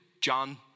John